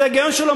ההיגיון שלו,